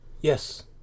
Yes